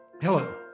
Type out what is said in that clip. Hello